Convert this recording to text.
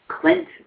Clint